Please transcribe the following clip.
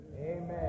amen